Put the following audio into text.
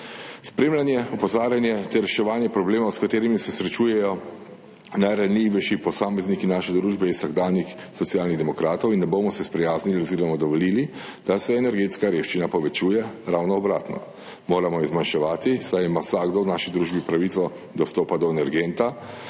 Spremljanje, opozarjanje ter reševanje problemov, s katerimi se srečujejo najranljivejši posamezniki naše družbe, je vsakdanjik Socialnih demokratov in ne bomo se sprijaznili oziroma dovolili, da se energetska revščina povečuje, ravno obratno. Moramo jo zmanjševati, saj ima vsakdo v naši družbi pravico do dostopa do energenta,